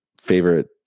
favorite